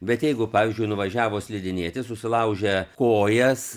bet jeigu pavyzdžiui nuvažiavo slidinėti susilaužė kojas